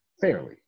fairly